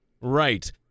Right